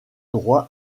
droit